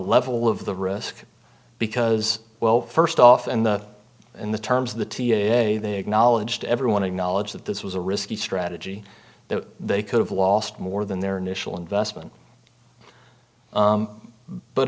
level of the risk because well first off and in the terms of the t a a they acknowledged everyone acknowledged that this was a risky strategy that they could have lost more than their initial investment